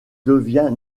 devient